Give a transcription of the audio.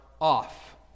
off